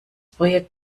projekt